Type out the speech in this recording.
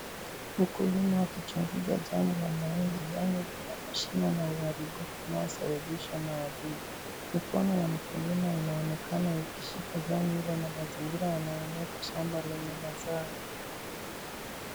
Mkulima akichunguza jani la mahindi, jani lina mashimo na uharibifu unaosababishwa na wadudu mkono ya mkulima inaonekana ikishika jani hilo na mazingira yanaonyesha shamba lenye mazao.